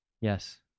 Yes